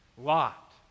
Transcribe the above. Lot